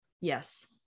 Yes